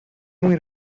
muy